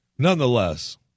Nonetheless